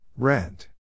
Rent